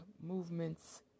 movements